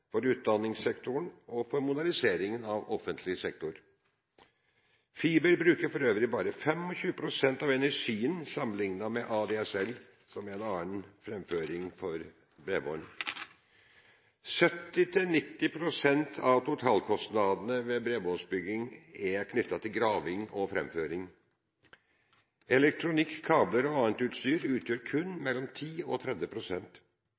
for utdanningssektoren og for moderniseringen av offentlig sektor. Fiber bruker for øvrig bare 25 pst. av energien sammenlignet med ADSL, som er en annen type framføring for bredbånd. 70–90 pst. av totalkostnadene ved bredbåndsutbygging er knyttet til graving og framføring. Elektronikk, kabler og annet utstyr utgjør kun mellom 10 og